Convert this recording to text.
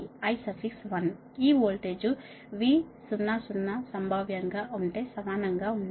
ఈ voltage V 0 0 సంభావ్యంగా ఉంటే సమానంగా ఉండాలి